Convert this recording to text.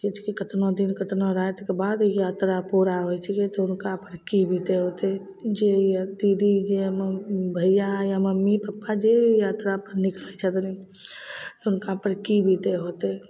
कितना दिन कितना राति बाद ई यात्रा पूरा होइ छै तऽ हुनकापर की बीतय होतय जे दीदी भैया या मम्मी पप्पा जे भी यात्रापर निकलइ छथनी हुनकापर की बीतय होतय